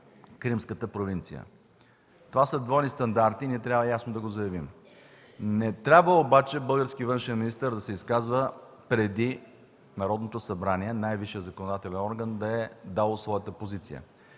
Кримската провинция. Това са двойни стандарти и ние трябва ясно да го заявим. Не трябва обаче български външен министър да се изказва преди Народното събрание – най-висшият законодателен орган, да е дало своята позиция.